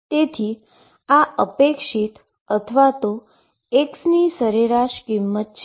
તેથી આ એક્સપેક્ટેશન અથવા x ની એવરેજ વેલ્યુ છે